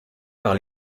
par